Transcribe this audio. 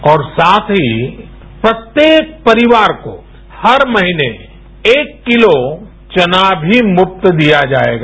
और साथ ही प्रत्येक परिवार को हर महीने एक किलो चनामी मुफ्त दिया जाएगा